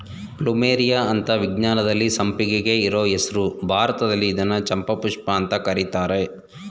plumeria ಅಂತ ವಿಜ್ಞಾನದಲ್ಲಿ ಸಂಪಿಗೆಗೆ ಇರೋ ಹೆಸ್ರು ಭಾರತದಲ್ಲಿ ಇದ್ನ ಚಂಪಾಪುಷ್ಪ ಅಂತ ಕರೀತರೆ